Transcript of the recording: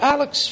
Alex